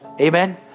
Amen